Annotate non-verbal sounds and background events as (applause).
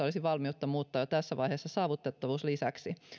(unintelligible) olisi valmiutta muuttaa jo tässä vaiheessa saavutettavuuslisäksi